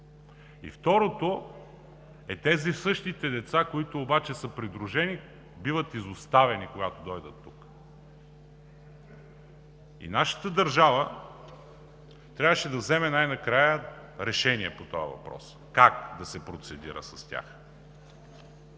Втората – тези същите деца, които обаче са придружени, биват изоставени, когато дойдат тук. Нашата държава трябваше да вземе най-накрая решение по този въпрос – как да се процедира с тях.